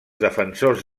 defensors